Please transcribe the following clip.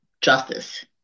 justice